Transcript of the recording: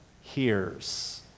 hears